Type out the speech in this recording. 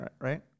right